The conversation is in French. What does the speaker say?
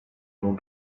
mots